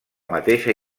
mateixa